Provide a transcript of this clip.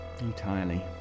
Entirely